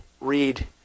read